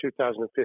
2015